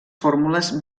fórmules